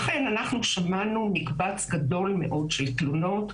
לכן, אנחנו שמענו מקבץ גדול מאוד של תמונות,